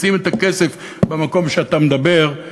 שים את הכסף במקום שאתה מדבר עליו,